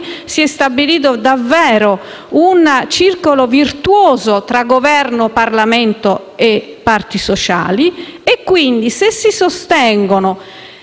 si è stabilito davvero un circolo virtuoso tra Governo, Parlamento e parti sociali. Quindi, si sostengono